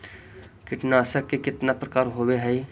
कीटनाशक के कितना प्रकार होव हइ?